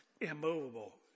immovable